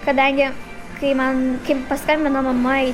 kadangi kai man kai paskambino mama į